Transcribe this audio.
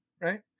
right